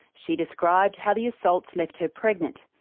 she described how the assaults left her pregnant.